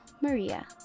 Maria